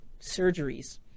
surgeries